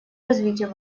развитию